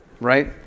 Right